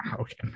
okay